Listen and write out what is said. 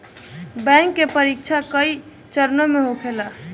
bank के परीक्षा कई चरणों में होखेला